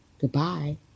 Goodbye